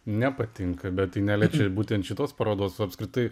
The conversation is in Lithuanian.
nepatinka bet tai neliečia būtent šitos parodos o apskritai